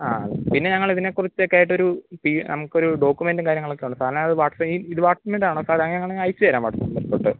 ആ പിന്നെ ഞങ്ങളിതിനെക്കുറിച്ചെക്കെയായിട്ടൊരു ഇപ്പം ഈ നമുക്കൊരു ഡോക്യുമെൻറ്റും കാര്യങ്ങളൊക്കെ ഉണ്ട് സാറിനെ അത് വാട്സാപ്പിൽ ഇത് വാട്ട്സപ്പിന്റെ ആണോ സാറെ അങ്ങനെയാണെങ്കിൽ അയച്ച് തരാം വാട്സാപ്പിലകത്തോട്ട്